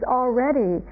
already